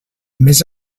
més